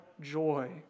joy